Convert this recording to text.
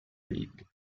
league